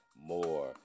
more